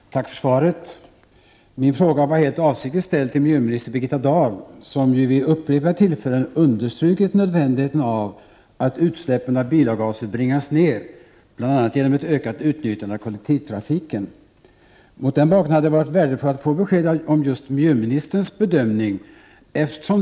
Fru talman! Tack för svaret. Min fråga var avsiktligt ställd till miljöminister Birgitta Dahl. Hon har vid upprepade tillfällen understrukit nödvändigheten av att utsläppen av bilavgaser bringas ner, bl.a. genom ökat utnyttjande av kollektivtrafiken. Mot den bakgrunden hade det varit värdefullt att få höra miljöministerns bedömning.